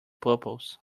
pupils